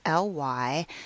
ly